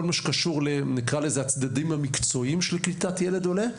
מה שקשור לצדדים המקצועיים של קליטת ילד עולה,